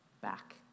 back